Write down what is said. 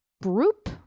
group